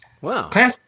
Wow